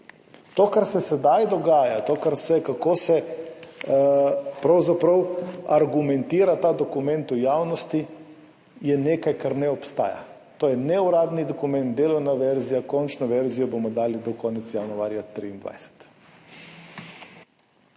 To, kar se sedaj dogaja, kako se pravzaprav argumentira ta dokument v javnosti, je nekaj, kar ne obstaja. To je neuradni dokument, delovna verzija, končno verzijo bomo dali do konca januarja 2023.